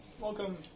Welcome